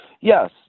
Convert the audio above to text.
Yes